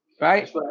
Right